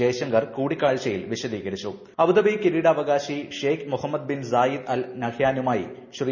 ജയശങ്കർ കൂടിക്കാഴ്ചയിൽ കിരീടാവകാശി Sheikh Mohammed bin Zayed Al നഹ്യാനുമായി ശ്രീ